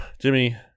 Jimmy